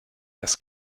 das